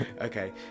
Okay